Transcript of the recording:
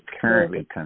currently